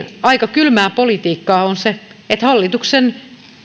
aika kylmää politiikkaa on se että hallituksen